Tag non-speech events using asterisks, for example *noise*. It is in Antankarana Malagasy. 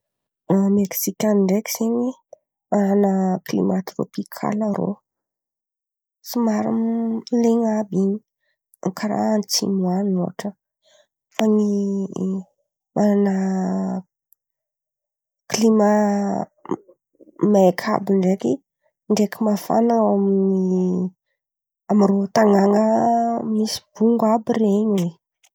A Meksika an̈y ndraiky zen̈y, manana klimà trôpikaly rô, somary *hesitation* len̈a àby in̈y, karà antsimo an̈y ohatra. Fa ny manana klimà maiky àby ndraiky ndraiky mafana ao amin’ny amy rô tanàna misy bongo àby ren̈y hoe.